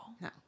No